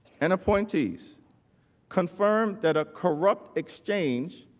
and appointees confirmed that a corrupt exchange